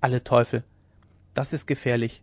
alle teufel das ist gefährlich